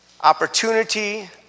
opportunity